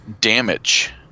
damage